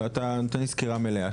אתה נותן לי סקירה מלאה.